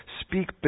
Speak